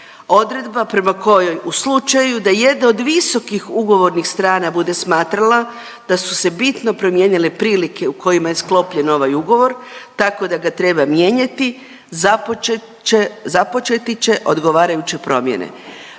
odredba prema kojoj u slučaju da jedna od visokih ugovornih strana bude smatrala da su se bitno promijenile prilike u kojima je sklopljen ovaj ugovor, tako da ga treba mijenjati, započeti će odgovarajuće promjene.